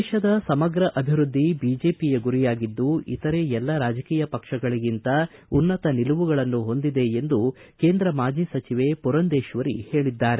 ದೇಶದ ಸಮಗ್ರ ಅಭಿವೃದ್ದಿ ಬಿಜೆಪಿಯ ಗುರಿಯಾಗಿದ್ದು ಇತರೆ ಎಲ್ಲ ರಾಜಕೀಯ ಪಕ್ಷಗಳಿಗಿಂತ ಉನ್ನತ ನಿಲುವುಗಳನ್ನು ಹೊಂದಿದೆ ಎಂದು ಕೇಂದ್ರ ಮಾಜಿ ಸಚಿವೆ ಪುರಂದೇಶ್ವರಿ ಹೇಳಿದ್ದಾರೆ